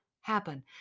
happen